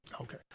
Okay